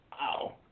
Wow